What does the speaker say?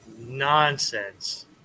Nonsense